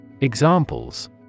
Examples